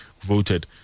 voted